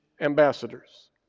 ambassadors